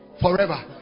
forever